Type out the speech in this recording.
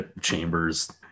chambers